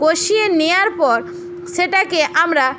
কষিয়ে নেওয়ার পর সেটাকে আমরা